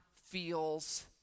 feels